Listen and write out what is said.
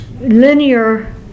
linear